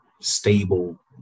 stable